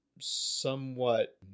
somewhat